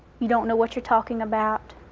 you don't know what you're talking about.